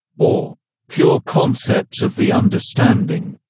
or pure concept of the understanding,